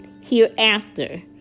hereafter